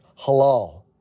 halal